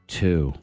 two